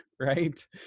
right